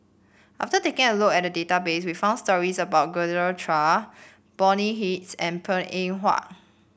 after taking a look at the database we found stories about Genevieve Chua Bonny Hicks and Png Eng Huat